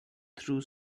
through